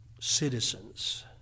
citizens